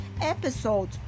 episode